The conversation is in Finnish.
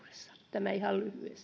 tämä ihan